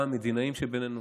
גם המדינאים שבינינו,